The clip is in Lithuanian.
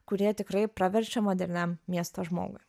kurie tikrai praverčia moderniam miesto žmogui